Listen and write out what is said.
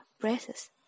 braces